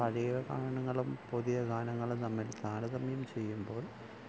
പഴയ ഗാനങ്ങളും പുതിയ ഗാനങ്ങളും തമ്മിൽ താരതമ്യം ചെയ്യുമ്പോൾ